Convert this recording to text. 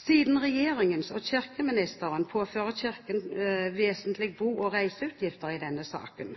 Siden regjeringen og kirkeministeren påfører Kirken vesentlige bo- og reiseutgifter i denne saken,